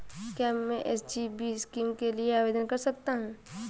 क्या मैं SGB scheme के लिए आवेदन कर सकता हूँ?